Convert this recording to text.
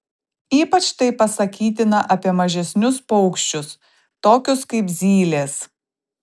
ypač tai pasakytina apie mažesnius paukščius tokius kaip zylės